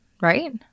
right